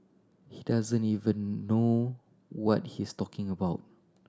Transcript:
he doesn't even know what he's talking about